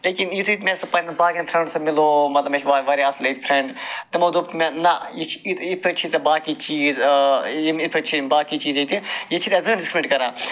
لیکن یُتھُے مےٚ سُہ پنٛنٮ۪ن باقٕیَن فرٛٮ۪نڈسَن مِلوو مَطلَب مےٚ چھِ وا واریاہ اصٕل ییٚتہِ فرٛٮ۪نڈ تِمو دوٚپ مےٚ نہ یہِ چھِ یِتھ یِتھ پٲٹھۍ چھی ژےٚ باقی چیٖز یِم یِتھ پٲٹھۍ چھِ یِم باقے چیٖز ییٚتہِ ییٚتہِ چھِ ڈِسکرمنیٹ کران